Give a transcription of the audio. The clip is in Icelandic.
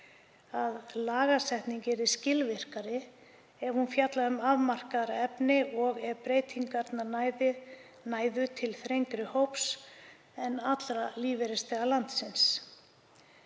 að lagasetning yrði skilvirkari ef hún fjallaði um afmarkaðra efni og ef breytingarnar næðu til þrengri hóps en allra lífeyrisþega landsins.